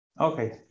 Okay